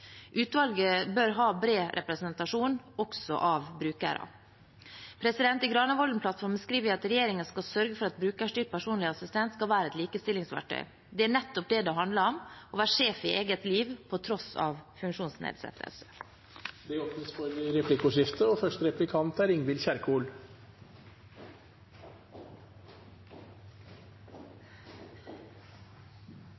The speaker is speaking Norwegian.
Utvalget bør ha bred representasjon, også av brukere. I Granavolden-plattformen skriver vi at regjeringen skal sørge for at brukerstyrt personlig assistent skal være et likestillingsverktøy. Det er nettopp det det handler om: å være sjef i eget liv på tross av funksjonsnedsettelse. Det blir replikkordskifte. Regjeringen har ansvaret for